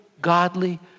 godly